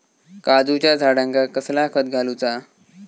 काजूच्या झाडांका कसला खत घालूचा?